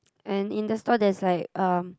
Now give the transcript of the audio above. and in the store there's like uh